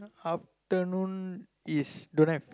afternoon is don't have